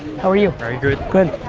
how are you? very good. good.